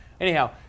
Anyhow